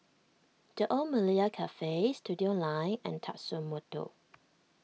the Old Malaya Cafe Studioline and Tatsumoto